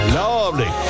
lovely